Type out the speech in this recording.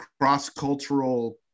cross-cultural